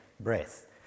breath